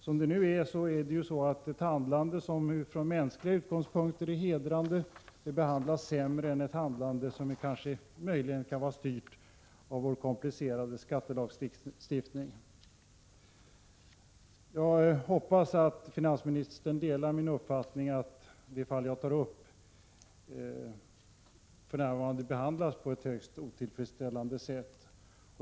Nuvarande lagstiftning innebär att ett handlande som från mänskliga utgångspunkter är hedrande behandlas sämre än ett handlande som kan vara styrt av vår komplicerade skattelagstiftning. Jag hoppas att finansministern delar min uppfattning att det fall som jag har tagit upp för närvarande behandlas på ett högst otillfredsställande sätt.